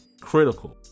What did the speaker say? critical